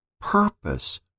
purpose